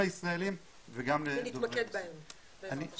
ונתמקד בהם, בעזרת ה'.